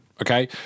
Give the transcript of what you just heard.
okay